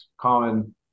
common